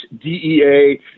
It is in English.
DEA